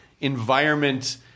environment